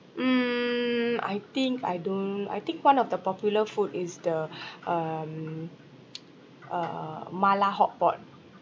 mm I think I don't I think one of the popular food is the um uh mala hot pot